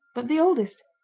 but the oldest.